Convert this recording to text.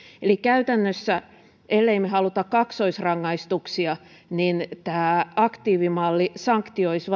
eli käytännössä ellemme me halua kaksoisrangaistuksia tämä aktiivimalli sanktioisi